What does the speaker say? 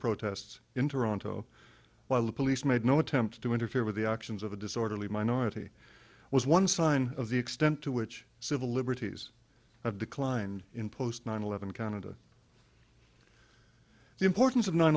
protests in toronto while the police made no attempt to interfere with the actions of a disorderly minority was one sign of the extent to which civil liberties of decline in post nine eleven canada the importance of nine